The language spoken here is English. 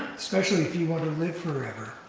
especially if you want to live forever,